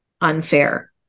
unfair